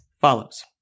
follows